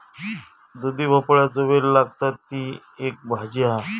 दुधी भोपळ्याचो वेल लागता, ती एक भाजी हा